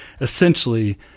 Essentially